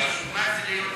לסעיף 2 לא נתקבלה.